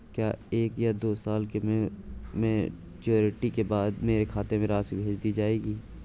क्या एक या दो साल की मैच्योरिटी के बाद मेरे खाते में राशि भेज दी जाएगी?